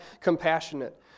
compassionate